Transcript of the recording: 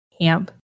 Camp